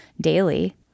daily